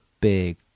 big